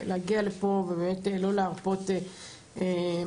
להגיע לפה ובאמת לא להרפות מהנושא.